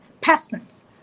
peasants